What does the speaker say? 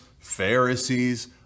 Pharisees